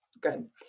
Good